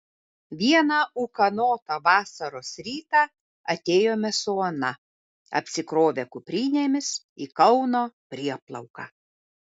vieną ūkanotą vasaros rytą atėjome su ona apsikrovę kuprinėmis į kauno prieplauką